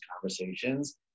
conversations